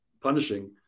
punishing